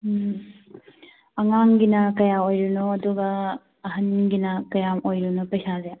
ꯎꯝ ꯑꯉꯥꯡꯒꯤꯅ ꯀꯌꯥ ꯑꯣꯏꯔꯤꯅꯣ ꯑꯗꯨꯒ ꯑꯍꯟꯒꯤꯅ ꯀꯌꯥꯝ ꯑꯣꯏꯔꯤꯅꯣ ꯄꯩꯁꯥꯁꯦ